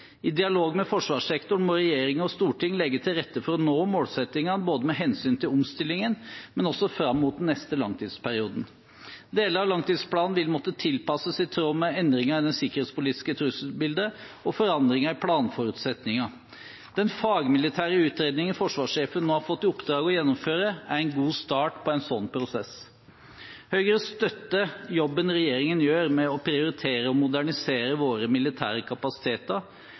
I dialog med forsvarssektoren må regjering og storting legge til rette for å nå målsettingene både med hensyn til omstillingen og fram mot den neste langtidsperioden. Deler av langtidsplanen vil måtte tilpasses i tråd med endringer i det sikkerhetspolitiske trusselbildet og forandringer i planforutsetningene. Den fagmilitære utredningen forsvarssjefen nå har fått i oppdrag å gjennomføre, er en god start på en slik prosess. Høyre støtter den jobben regjeringen gjør med å prioritere og modernisere våre militære kapasiteter,